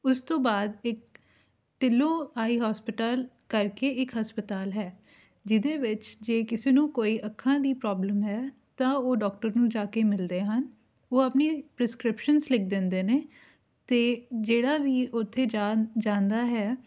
ਉਸ ਤੋਂ ਬਾਅਦ ਇੱਕ ਢਿੱਲੋ ਆਈ ਹੋਸਪਿਟਲ ਕਰਕੇ ਇੱਕ ਹਸਪਤਾਲ ਹੈ ਜਿਹਦੇ ਵਿੱਚ ਜੇ ਕਿਸੇ ਨੂੰ ਕੋਈ ਅੱਖਾਂ ਦੀ ਪ੍ਰੋਬਲਮ ਹੈ ਤਾਂ ਉਹ ਡੋਕਟਰ ਨੂੰ ਜਾ ਕੇ ਮਿਲਦੇ ਹਨ ਉਹ ਆਪਣੀ ਪ੍ਰਸਕ੍ਰਿਪਸ਼ਨਸ ਲਿਖ ਦਿੰਦੇ ਨੇ ਅਤੇ ਜਿਹੜਾ ਵੀ ਉੱਥੇ ਜਾ ਜਾਂਦਾ ਹੈ